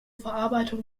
verarbeitung